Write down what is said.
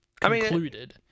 concluded